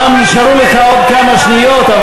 אומנם נשארו לך עוד כמה שניות,